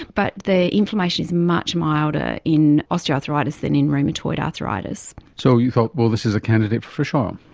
but the inflammation is much milder in osteoarthritis than in rheumatoid arthritis. so you thought, well, this is a candidate for fish um